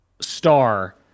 star